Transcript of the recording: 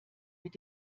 mit